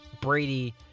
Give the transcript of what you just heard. Brady